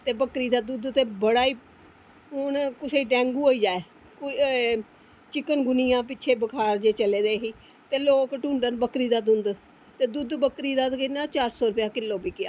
ते बक्करी दा दुद्ध बड़ा ई कुसै गी डेंगू गै होई जाये कोई चिकनगुनिया कोई पिच्छें जेहे बुखार जेह् चले दे हे ते लोग ढुंढन बक्खरी दा दुद्ध ते दुद्ध बक्करी दा किन्ना चार सौ रपेआ किलो बिकेआ